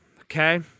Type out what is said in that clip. okay